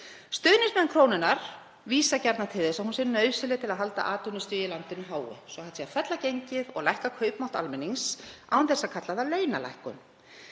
Stuðningsmenn krónunnar vísa gjarnan til þess að hún sé nauðsynleg til að halda atvinnustigi í landinu háu svo að hægt sé að fella gengið og lækka kaupmátt almennings án þess að kalla það launalækkun.